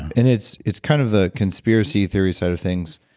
and it's it's kind of the conspiracy theory side of things,